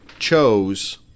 chose